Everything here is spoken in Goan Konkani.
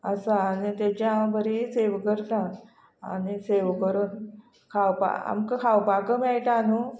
आसा आनी तेजी हांव बरी सेवा करता आनी सेवा करून खावपा आमकां खावपाक मेळटा न्हू